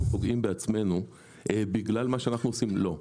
פוגעים בעצמנו בגלל מה שאנחנו עושים לא.